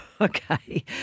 Okay